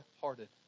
hearted